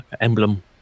emblem